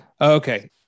Okay